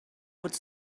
would